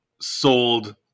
sold